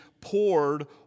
poured